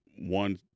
one